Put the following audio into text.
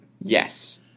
Yes